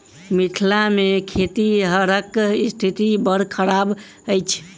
मिथिला मे खेतिहरक स्थिति बड़ खराब अछि